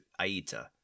Aita